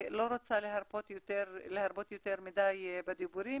אני לא רוצה להרבות יותר מדי בדיבורים.